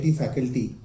faculty